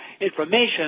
Information